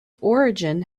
origin